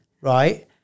right